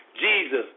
Jesus